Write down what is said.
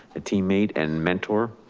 a teammate and mentor.